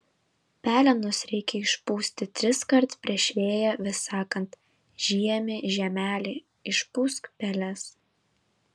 pelenus reikia išpūsti triskart prieš vėją vis sakant žiemy žiemeli išpūsk peles